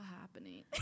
happening